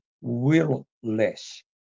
will-less